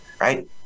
right